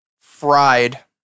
fried